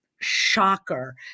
Shocker